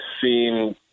seen